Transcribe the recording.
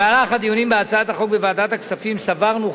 בדיונים בהצעת החוק בוועדת הכספים סברנו,